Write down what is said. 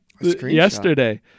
yesterday